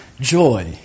joy